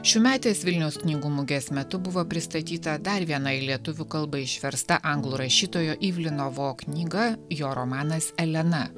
šiųmetės vilniaus knygų mugės metu buvo pristatyta dar viena į lietuvių kalbą išversta anglų rašytojo ivlino vo knyga jo romanas elena